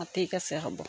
অঁ ঠিক আছে হ'ব